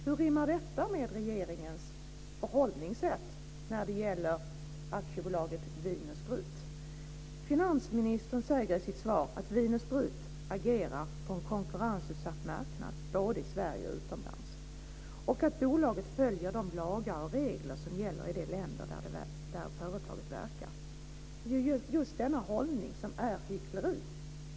Hur rimmar detta med regeringens förhållningssätt när det gäller aktiebolaget Vin & Sprit? Finansministern säger i sitt svar att Vin & Sprit agerar på en konkurrensutsatt marknad både i Sverige och utomlands och att bolaget följer de lagar och regler som gäller i de länder där företaget verkar. Det är just denna hållning som är hyckleri.